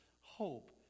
hope